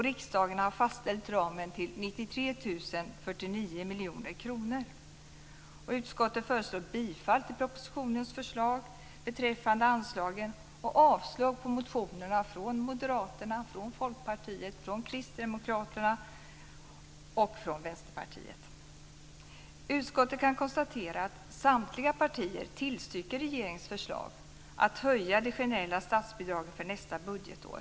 Riksdagen har fastställt ramen till 93 049 Utskottet kan konstatera att samtliga partier tillstyrker regeringens förslag att höja de generella statsbidragen för nästa budgetår.